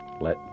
Let